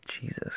Jesus